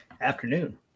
Afternoon